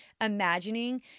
imagining